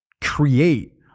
create